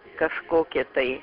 kažkokį tai